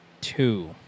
two